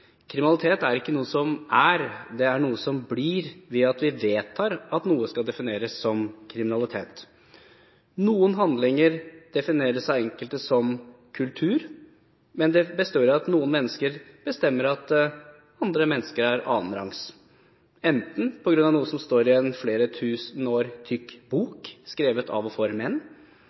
Kriminalitet er ikke noe som er, det er noe som blir, ved at vi vedtar at noe skal defineres som kriminalitet. Noen handlinger defineres av enkelte som «kultur». Det betyr at noen mennesker bestemmer at enkelte andre er annenrangs, enten på grunn av noe som står i en flere tusen år gammel tykk bok, skrevet av og for menn,